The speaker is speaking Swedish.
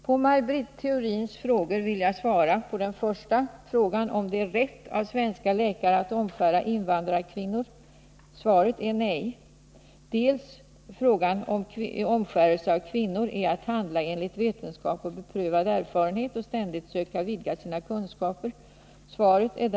På Maj Britt Theorins första fråga, om det är rätt av svenska läkare att omskära invandrarkvinnor, är svaret nej. När det gäller frågan om huruvida omskärelse av kvinnor är att ”handla i enlighet med vetenskap och beprövad erfarenhet och ständigt söka vidga sina kunskaper” blir svaret också nej.